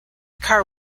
car